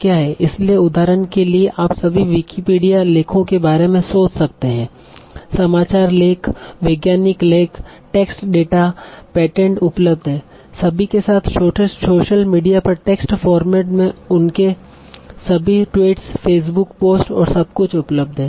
इसलिए उदाहरण के लिए आप सभी विकिपीडिया लेखों के बारे में सोच सकते हैं समाचार लेख वैज्ञानिक लेख टेक्स्ट डेटा पेटेंट उपलब्ध हैं सभी के साथ सोशल मीडिया पर टेक्स्ट फॉर्मेट में उनके सभी ट्वीट फेसबुक पोस्ट और सब कुछ उपलब्ध है